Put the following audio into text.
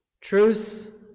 Truth